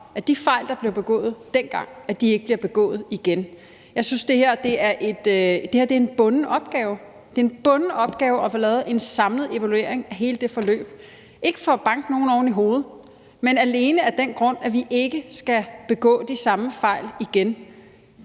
at de fejl, der blev begået dengang, ikke bliver begået igen. Jeg synes, at det her er en bunden opgave. Det er en bunden opgave at få lavet en samlet evaluering af hele det forløb, ikke for at banke nogen oven i hovedet, men alene af den grund, at vi ikke skal begå de samme fejl igen,